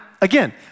again